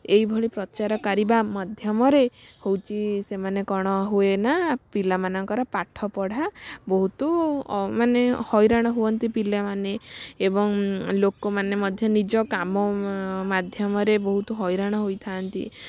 ଏଇଭଳି ପ୍ରଚାର କରିବା ମାଧ୍ୟମରେ ହେଉଛି ସେମାନେ କ'ଣ ହୁଏ ନା ପିଲା ମାନଙ୍କର ପାଠପଢ଼ା ବହୁତ ମାନେ ହଇରାଣ ହୁଅନ୍ତି ପିଲାମାନେ ଏବଂ ଲୋକମାନେ ମଧ୍ୟ ନିଜ କାମ ମାଧ୍ୟମରେ ବହୁତ ହଇରାଣ ହୋଇଥାନ୍ତି